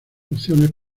opciones